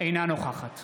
אינה נוכחת